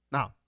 Now